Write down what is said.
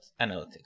analytics